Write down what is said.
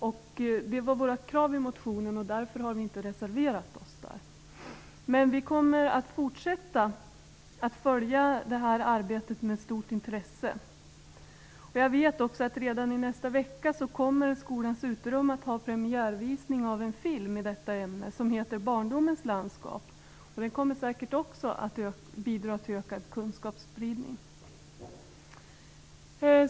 Detta var vårt krav i motionen, och därför har vi inte reserverat oss. Men vi kommer att fortsätta att följa det här arbetet med stort intresse. Jag vet också att "Skolans uterum" redan i nästa vecka kommer att ha premiärvisning av en film i detta ämne som heter Barndomens landskap. Den kommer säkert också att bidra till ökad kunskapsspridning.